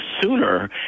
sooner